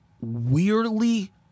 weirdly